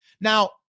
Now